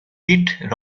beat